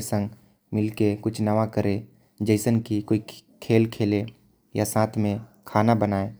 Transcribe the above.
साथ कुछ नया करत ही या फिर खाना बनात ही।